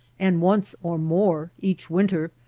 and once or more each winter,